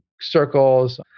circles